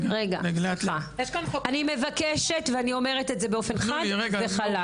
אני מבקשת ואני אומרת את זה באופן חד וחלק,